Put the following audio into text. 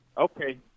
Okay